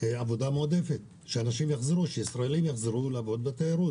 לעבודה מועדפת כדי שאנשים יחזרו לעבוד בתיירות.